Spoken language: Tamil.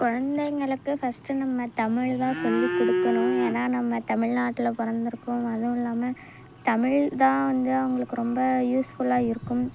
குழந்தைங்களுக்கு ஃபர்ஸ்ட்டு நம்ம தமிழ்தான் சொல்லி கொடுக்கணும் ஏனால் நம்ம தமிழ்நாட்டில் பிறந்துருக்கோம் அதுவும் இல்லாமல் தமிழ்தான் வந்து அவங்களுக்கு ரொம்ப யூஸ்ஃபுல்லாக இருக்கும்